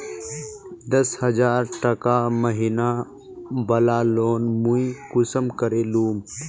दस हजार टका महीना बला लोन मुई कुंसम करे लूम?